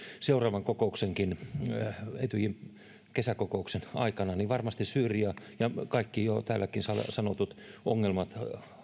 seuraavankin kokouksen varmasti etyjin kesäkokouksen aikana syyria ja kaikki täälläkin jo sanotut ongelmat